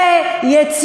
היה 50 מיליארד.